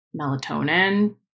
melatonin